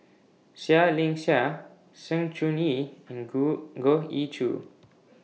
Seah Liang Seah Sng Choon Yee and Go Goh Ee Choo